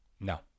no